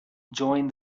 joined